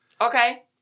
okay